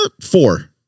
Four